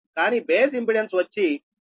కానీ base impedance వచ్చి 10